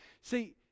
See